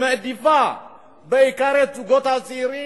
שמעדיפה בעיקר את הזוגות הצעירים,